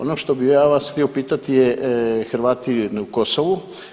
Ono što bi ja vas htio pitati, Hrvati u Kosovu.